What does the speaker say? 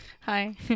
Hi